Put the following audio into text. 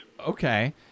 Okay